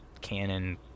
canon